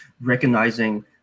recognizing